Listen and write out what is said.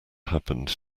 happened